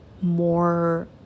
more